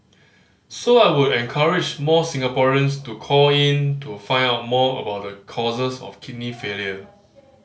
so I would encourage more Singaporeans to call in to find out more about the causes of kidney failure